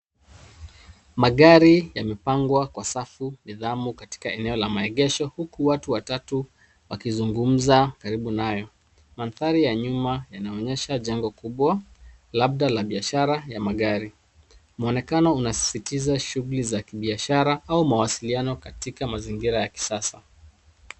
Magari yamepangwa kwa safu nidhamu katika eneo la maegesho huku watu watatu wakizungumza karibu nayo. Mandhari ya nyuma yanaonyesha jengo kubwa, labda la biashara ya magari. Mwonekano unasisitiza shughuli za kibiashara au mawasiliano katika mazingira ya kisasa.